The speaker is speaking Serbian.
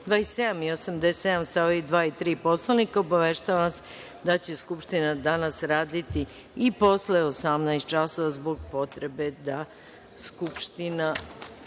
28. i 87. st. 2. i 3. Poslovnika, obaveštavam vas da će Skupština danas raditi i posle 18 časova zbog potrebe da Skupština